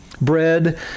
Bread